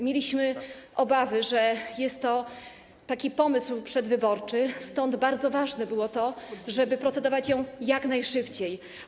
Mieliśmy obawy, że jest to pomysł przedwyborczy, stąd bardzo ważne było to, żeby procedować nad nią jak najszybciej.